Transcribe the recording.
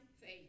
Faith